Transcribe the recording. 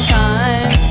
time